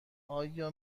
آیا